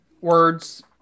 words